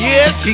Yes